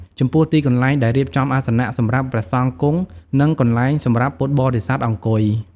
ចំពោះទីកន្លែងដែលរៀបចំអាសនៈសម្រាប់ព្រះសង្ឃគង់ និងកន្លែងសម្រាប់ពុទ្ធបរិស័ទអង្គុយ។